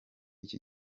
iki